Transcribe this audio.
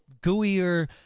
gooier